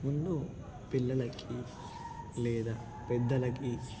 ముందు పిల్లలకి లేదా పెద్దలకి